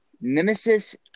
Nemesis